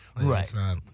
Right